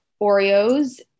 Oreos